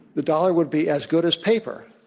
the dollar would be as good as paper.